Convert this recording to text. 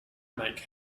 make